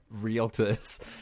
realtors